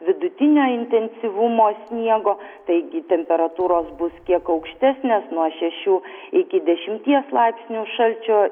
vidutinio intensyvumo sniego taigi temperatūros bus kiek aukštesnės nuo šešių iki dešimties laipsnių šalčio